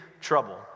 trouble